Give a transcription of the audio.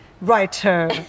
writer